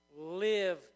live